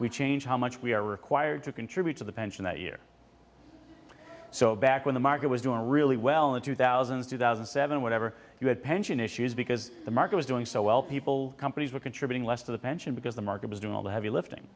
we change how much we are required to contribute to the pension that year so back when the market was doing really well in two thousand and two thousand and seven whatever you had pension issues because the market was doing so well people companies were contributing less to the pension because the market was doing all the heavy lifting